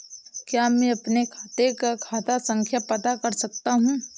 क्या मैं अपने खाते का खाता संख्या पता कर सकता हूँ?